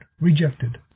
rejected